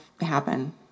happen